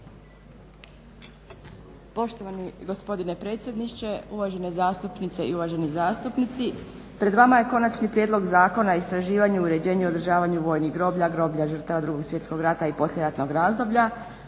Poštovani gospodine predsjedniče, uvažene zastupnice i uvaženi zastupnici. Pred vama je Konačni prijedlog zakona o istraživanju, uređenju i održavanju vojnih groblja, groblja žrtava Drugog svjetskog rata i poslijeratnog razdoblja